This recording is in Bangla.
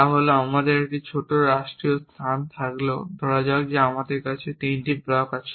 তা হল আমার একটি ছোট রাষ্ট্রীয় স্থান থাকলেও ধরা যাক আমার কাছে এই তিনটি ব্লক আছে